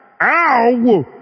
ow